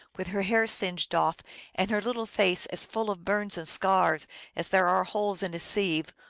with her hair singed off and her little face as full of burns and scars as there are holes in a sieve,